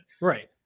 right